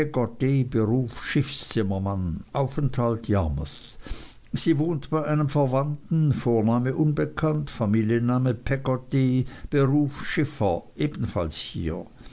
beruf schiffszimmermann aufenthalt yarmouth sie wohnt bei einem verwandten vorname unbekannt familienname peggotty beruf schiffer ebenfalls hier